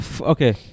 okay